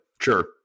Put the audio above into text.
sure